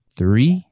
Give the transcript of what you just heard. three